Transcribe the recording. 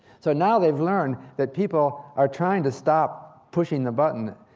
so now, they've learned that people are trying to stop pushing the button.